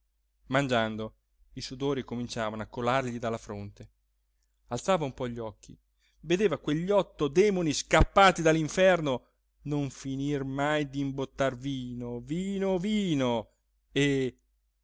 mangiando i sudori cominciavano a colargli dalla fronte alzava un po gli occhi vedeva quegli otto demonii scappati dall'inferno non finir mai d'imbottar vino vino vino